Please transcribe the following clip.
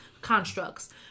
constructs